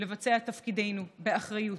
לבצע את תפקידנו באחריות,